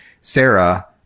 Sarah